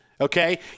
Okay